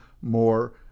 more